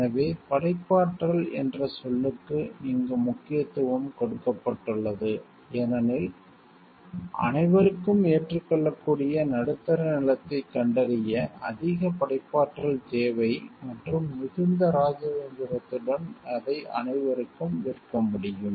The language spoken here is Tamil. எனவே படைப்பாற்றல் என்ற சொல்லுக்கு இங்கு முக்கியத்துவம் கொடுக்கப்பட்டுள்ளது ஏனெனில் அனைவருக்கும் ஏற்றுக்கொள்ளக்கூடிய நடுத்தர நிலத்தைக் கண்டறிய அதிக படைப்பாற்றல் தேவை மற்றும் மிகுந்த ராஜதந்திரத்துடன் அதை அனைவருக்கும் விற்க முடியும்